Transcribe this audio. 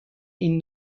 این